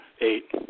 eight